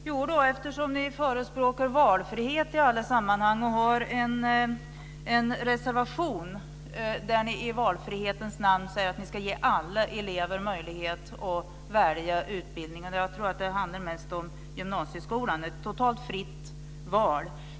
Herr talman! Ni förespråkar valfrihet i alla sammanhang och har en reservation där ni i valfrihetens namn säger att ni ska ge alla elever möjlighet att välja utbildning. Jag tror att det handlar mest om gymnasieskolan. Det ska vara ett totalt fritt val.